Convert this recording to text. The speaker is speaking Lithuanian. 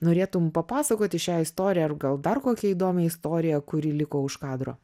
norėtum papasakoti šią istoriją ar gal dar kokią įdomią istoriją kuri liko už kadro